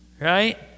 right